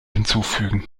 hinzufügen